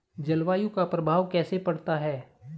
जलवायु का प्रभाव कैसे पड़ता है?